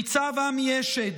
ניצב עמי אשד,